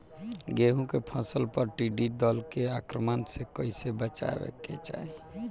गेहुँ के फसल पर टिड्डी दल के आक्रमण से कईसे बचावे के चाही?